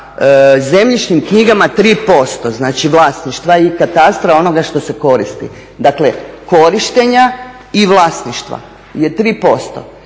zemljišnim knjigama 3%, znači vlasništva i katastra onoga što se koristi. Dakle, korištenja i vlasništva je 3%.